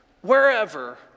wherever